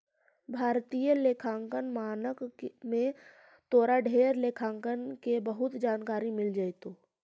भारतीय लेखांकन मानक में तोरा ढेर लेखांकन के बहुत जानकारी मिल जाएतो